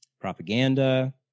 propaganda